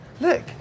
Look